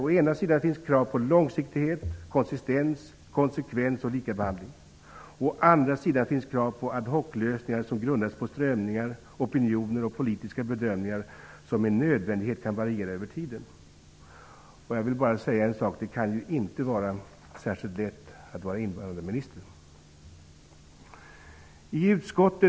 Å ena sidan finns krav på långsiktighet, konsistens, konsekvens och likabehandling. Å andra sidan finns krav på ad hoclösningar som grundas på strömningar, opinioner och politiska bedömningar som med nödvändighet kan variera över tiden. Det kan inte vara särskilt lätt att vara invandrarminister. Fru talman!